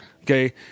Okay